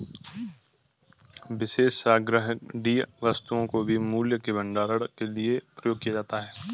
विशेष संग्रहणीय वस्तुओं को भी मूल्य के भंडारण के लिए उपयोग किया जाता है